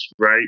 right